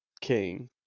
king